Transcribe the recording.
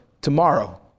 tomorrow